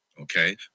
okay